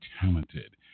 talented